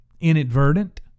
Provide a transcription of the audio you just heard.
Inadvertent